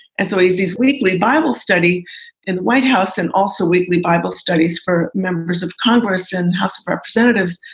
and so he uses weekly bible study in the white house and also weekly bible studies for members of congress congress and house of representatives.